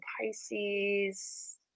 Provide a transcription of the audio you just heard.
pisces